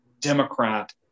Democrat